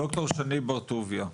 ד"ר שני בר-טוביה,